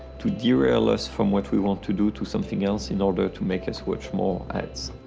to derail us from what we want to do to something else in order to make us watch more ads.